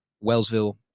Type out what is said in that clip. Wellsville